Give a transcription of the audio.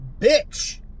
bitch